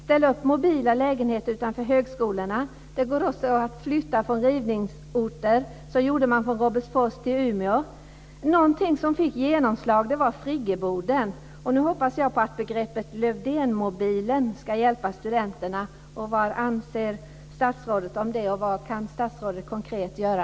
Ställ upp mobila lägenheter utanför högskolorna! Det går också att flytta bostäder från rivningsorter. Så gjorde man från Robertsfors till Umeå. Något som fick genomslag var friggeboden. Nu hoppas jag att begreppet Lövdénmobilen ska hjälpa studenterna. Vad anser statsrådet om det, och vad kan statsrådet konkret göra?